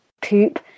poop